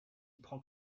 prends